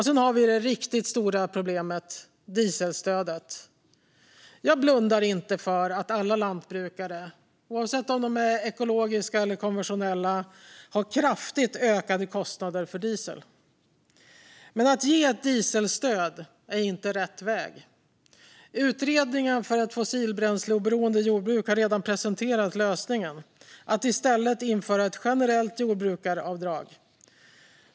Sedan har vi det riktigt stora problemet, dieselstödet. Jag blundar inte för att alla lantbrukare, oavsett om de är ekologiska eller konventionella, har kraftigt ökade kostnader för diesel. Men att ge ett dieselstöd är inte rätt väg. Utredningen Vägen mot fossiloberoende jordbruk har redan presenterat lösningen: Att i stället införa ett generellt jordbrukaravdrag.